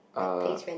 uh